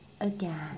again